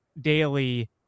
daily